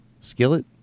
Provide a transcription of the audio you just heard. Skillet